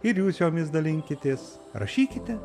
ir jūs jomis dalinkitės rašykite